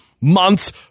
months